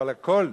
אבל הכול,